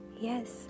Yes